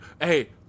hey